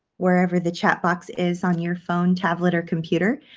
wherever the chat box is on your phone, tablet or computer